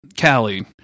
Callie